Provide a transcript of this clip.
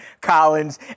collins